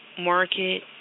market